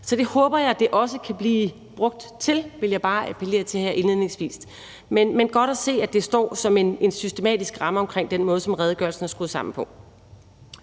Så det håber jeg det også kan blive brugt til, vil jeg bare appellere til her indledningsvis. Men det er godt at se, at det står som en systematisk ramme omkring den måde, som redegørelsen er skruet sammen på.